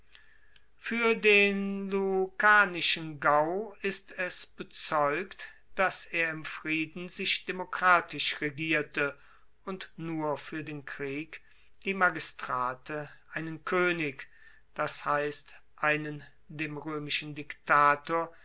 fuer den lucanischen gau ist es bezeugt dass er im frieden sich demokratisch regierte und nur fuer den krieg die magistrate einen koenig das heisst einen dem roemischen diktator